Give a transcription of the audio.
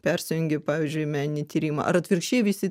persijungi pavyzdžiui į meninį tyrimą ar atvirkščiai visi